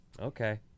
Okay